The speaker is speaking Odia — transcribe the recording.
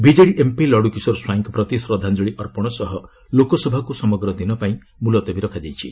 ବିଜେଡି ଏମପି ଲଡୁକିଶୋର ସ୍ୱାଇଁଙ୍କ ପ୍ରତି ଶ୍ରଦ୍ଧାଞ୍ଚଳି ଅର୍ପଣ ସହ ଲୋକସଭାକୁ ସମଗ୍ର ଦିନ ପାଇଁ ମ୍ବଲତବୀ ରଖାଯାଇଛି